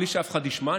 בלי שאף אחד ישמע,